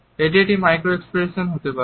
এটি একটি micro expression হতে পারে